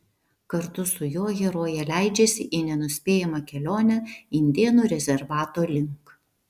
kartu su juo herojė leidžiasi į nenuspėjamą kelionę indėnų rezervato link